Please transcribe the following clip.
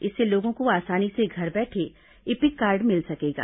इससे लोगों को आसानी से घर बैठे इपिक कार्ड मिल सकेगा